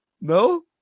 No